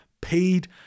paid